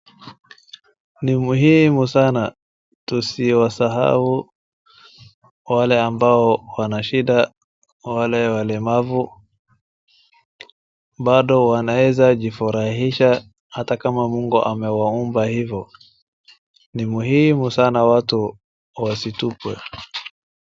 Ni muhimu sana tusiwasahau wale ambao wana shida wale walemavu bado wanaeza jifurahisha ata kama Mungu amewaumba hivo. Ni muhimu sana watu wasitupwe.